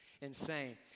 insane